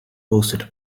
posted